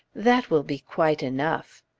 that will be quite enough.